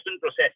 process